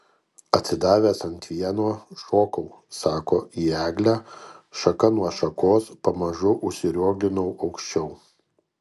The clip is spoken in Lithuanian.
atsidavęs ant vieno šokau sako į eglę šaka nuo šakos pamažu užsirioglinau aukščiau